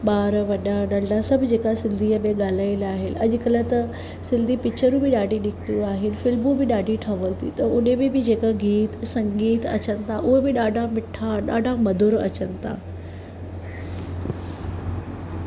ॿार वॾा नंढा सभु जेका सिंधीअ में ॻाल्हाईंदा आहिनि अॼुकल्ह त सिंधी पिकिचरूं बि ॾाढी निकितियूं आहिनि फ़िल्मूं बि ॾाढी ठहनि थियूं त उन में बि जेका गीत संगीतु अचनि था उहा बि ॾाढा मिठा ॾाढा मधुर अचनि था